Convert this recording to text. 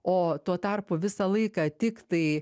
o tuo tarpu visą laiką tiktai